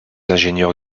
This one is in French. ingénieurs